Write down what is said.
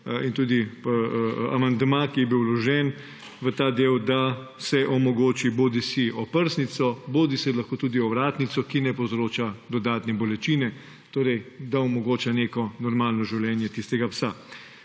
in tudi amandma, ki je bil vložen v ta del, da se omogoči bodisi oprsnico bodisi ovratnico, ki ne povzroča dodatne bolečine, torej da omogoča neko normalno življenje tistega psa.